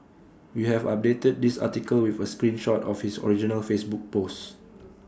we have updated this article with A screen shot of his original Facebook post